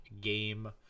game